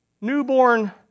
newborn